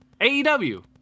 aew